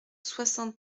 soixante